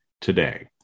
today